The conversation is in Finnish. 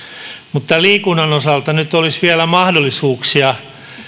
mutta tämän liikunnan osalta nyt olisi vielä mahdollisuuksia